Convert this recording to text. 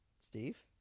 Steve